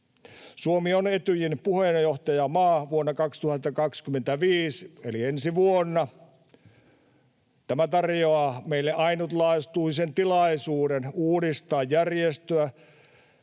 Suomi on Etyjin puheenjohtajamaa vuonna 2025 eli ensi vuonna. Tämä tarjoaa meille ainutlaatuisen tilaisuuden uudistaa järjestöä